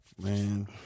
man